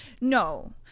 No